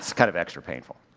kind of extra painful.